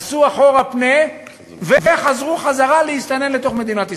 עשו אחורה פנה וחזרו והסתננו לתוך מדינת ישראל.